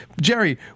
Jerry